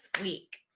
week